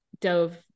dove